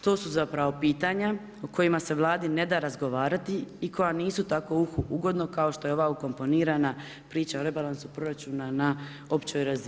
To su zapravo pitanja o kojima se Vladi ne da razgovarati i koja nisu tako uhu ugodno, kao što je ova ukomponirana priča o rebalansu proračuna na općoj razini.